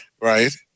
right